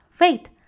Wait